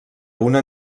una